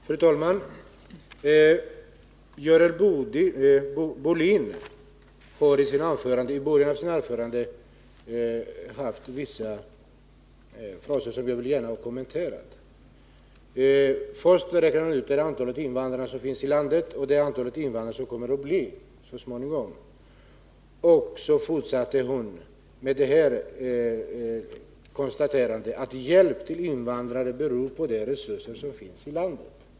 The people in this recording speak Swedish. Fru talman! Görel Bohlin tog i början av sitt anförande upp vissa saker som jag gärna vill kommentera. Först nämnde hon antalet invandrare som finns i landet och även antalet invandrare som så småningom kommer att finnas här. Sedan konstaterade hon att hjälpen till invandrare blir beroende av de resurser som finns i landet.